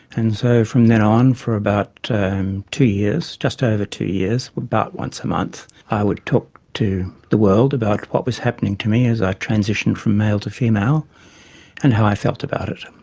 and so from then on for about um two years, just over two years about once a month i would talk to the world about what was happening to me as i transitioned from male to female and how i felt about it.